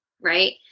right